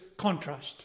contrast